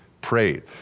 prayed